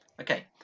okay